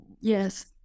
Yes